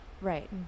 right